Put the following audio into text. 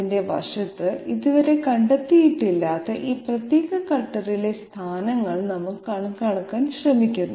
അതിന്റെ വശത്ത് ഇതുവരെ കണ്ടെത്തിയിട്ടില്ലാത്ത ഈ പ്രത്യേക കട്ടറിലെ സ്ഥാനങ്ങൾ നമ്മൾ കണക്കാക്കാൻ ശ്രമിക്കുന്നു